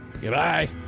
goodbye